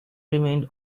remained